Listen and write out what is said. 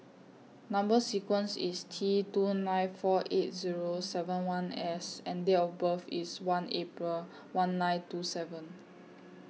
Number sequence IS T two nine four eight Zero seven one S and Date of birth IS one April one nine two seven